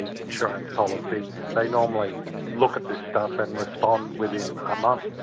and insurance policy, they normally look at this stuff and respond within a month,